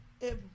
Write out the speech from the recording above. able